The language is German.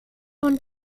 und